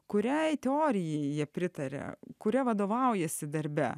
kuriai teorijai jie pritaria kuria vadovaujasi darbe